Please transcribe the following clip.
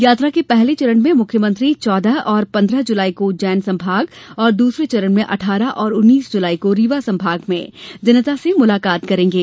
यात्रा के पहले चरण में मुख्यमंत्री चौदह और पन्द्रह जुलाई को उज्जैन संभाग और दूसरे चरण में अठारह और उन्नीस जुलाई को रीवा संभाग में जनता से मुलाकात करेंगे